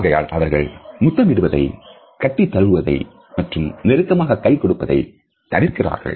ஆகையால் அவர்கள் முத்தமிடுவதை கட்டி தழுவுவதை மற்றும் நெருக்கமாக கை கொடுப்பதை தவிர்க்கிறார்கள்